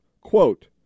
Quote